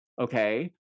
okay